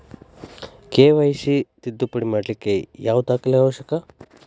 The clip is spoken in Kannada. ಕೆ.ವೈ.ಸಿ ತಿದ್ದುಪಡಿ ಮಾಡ್ಲಿಕ್ಕೆ ಯಾವ ದಾಖಲೆ ಅವಶ್ಯಕ?